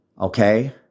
okay